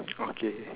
okay